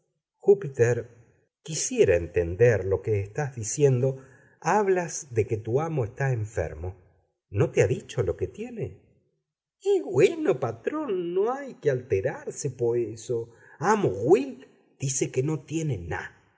júpiter quisiera entender lo que estás diciendo hablas de que tu amo está enfermo no te ha dicho lo que tiene güeno patrón no hay que alterase po eso amo will dice que no tiene ná